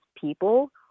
people